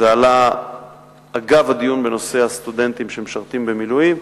זה עלה אגב הדיון בנושא הסטודנטים שמשרתים במילואים,